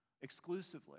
exclusively